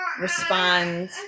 respond